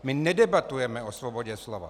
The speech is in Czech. My nedebatujeme o svobodě slova.